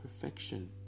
perfection